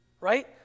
right